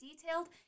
detailed